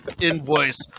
invoice